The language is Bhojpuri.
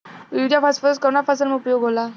युरिया फास्फोरस कवना फ़सल में उपयोग होला?